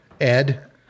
Ed